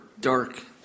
dark